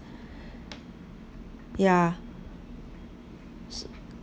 yeah